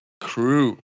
crew